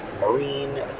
marine